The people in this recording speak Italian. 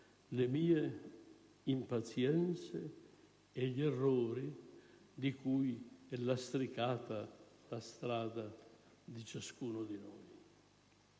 le mie impazienze e gli errori di cui è lastricata la strada di ciascuno di noi.